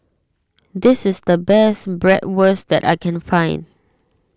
this is the best Bratwurst that I can find